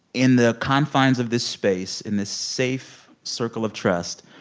in the confines of this space in this safe circle of trust,